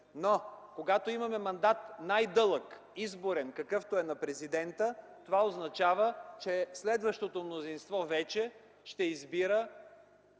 Когато имаме най-дълъг мандат – изборен, какъвто е на президента, това означава, че следващото мнозинство вече ще избира